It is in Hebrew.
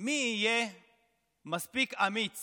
מי יהיה מספיק אמיץ